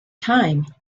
time